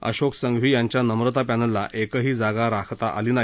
अशोक संघवी यांच्या नम्रता पॅनलला एकही जागा राखता आली नाही